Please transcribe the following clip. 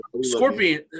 scorpion